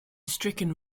stricken